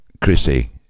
Chrissy